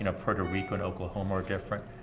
and puerto rico and oklahoma are different.